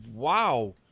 Wow